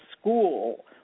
school